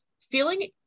feeling